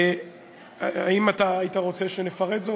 האם היית רוצה שנפרט זאת?